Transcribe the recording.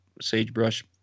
sagebrush